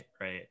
right